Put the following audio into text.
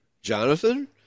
Jonathan